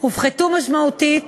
הופחתו משמעותית